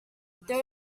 there